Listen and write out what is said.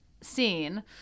scene